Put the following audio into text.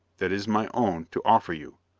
that is my own, to offer you.